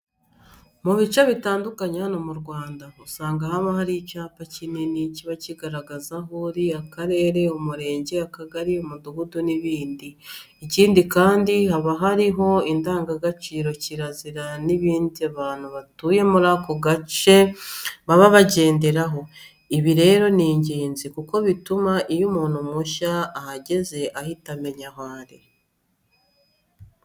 Mu bice bitandukanye hano mu Rwanda usanga haba hari icyapa kinini kiba kigaragaza aho uri, akarere, umurenge, akagari, umudugudu n'ibindi. Ikindi kandi, haba hariho indangagacire, kirazira n'ibindi abantu batuye muri ako gace baba bagenderaho. Ibi rero ni ingenzi kuko bituma iyo umuntu mushya ahageze ahita amenya aho ari.